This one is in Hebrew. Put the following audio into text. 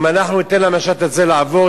אם אנחנו ניתן למשט הזה לעבור,